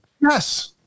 Yes